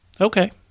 okay